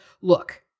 Look